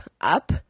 up